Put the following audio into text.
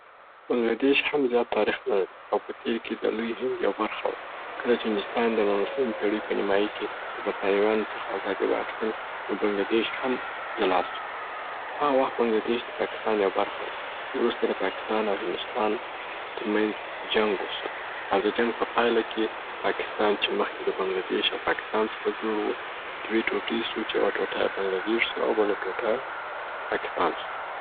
بنګله دیش هم زیات تاریخ نه لري او په تیر کي د لوی هند یو برخه وه. کله چي هندوستان د نولسمي پیړۍ په نیمایي کي د برتانویانو څخه ازادي واخیستل نو بنګله دیش هم جلا سو. هغه وخت بنګله دیش د پاکستان یو برخه وه چې وروسته د پاکستان او هندوستان تر منځ جنګ وسو، او د جنګ په پایله کي پاکستان چې مخکي د بنګله دیش او پاکستان څخه جوړ و، دوې ټوټي سو چي یو ټوټه یې بنګله دیش سو او بله ټوټه یې پاکستان سو.